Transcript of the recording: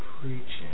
preaching